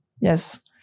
yes